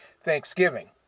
Thanksgiving